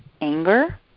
anger